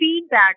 feedback